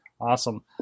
Awesome